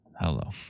Hello